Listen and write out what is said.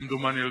כמדומני,